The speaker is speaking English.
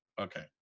Okay